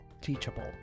Teachable